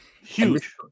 Huge